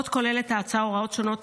עוד כוללת ההצעה הוראות שונות,